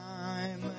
time